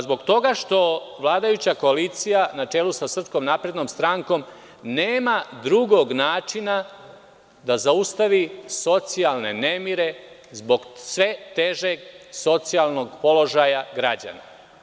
Zbog toga što vladajuća koalicija, na čelu sa SNS, nema drugog načina da zaustavi socijalne nemire zbog sve težeg socijalnog položaja građana.